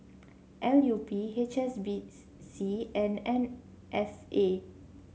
L U P H S B C and M F A